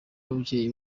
ababyeyi